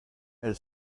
elle